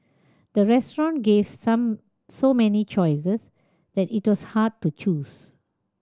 the restaurant gave some so many choices that it was hard to choose